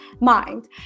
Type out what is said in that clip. mind